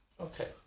Okay